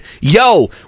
yo